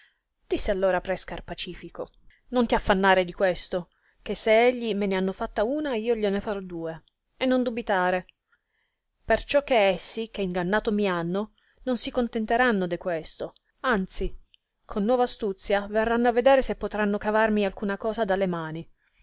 disse allora pre scarpacifico non ti affannare di questo che se egli me ne hanno fatto una io gliene farò due e non dubitare perciò che essi che ingannato mi hanno non si contenteranno de questo anzi con nuova astuzia verranno a vedere se potranno cavarmi alcuna cosa da le mani